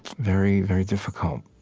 very, very difficult